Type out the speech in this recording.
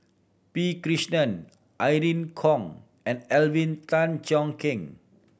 P Krishnan Irene Khong and Alvin Tan Cheong Kheng